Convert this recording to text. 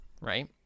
Right